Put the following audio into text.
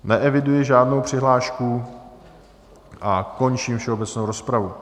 Neeviduji žádnou přihlášku a končím všeobecnou rozpravu.